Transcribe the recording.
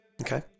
Okay